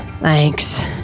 Thanks